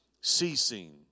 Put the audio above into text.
ceasing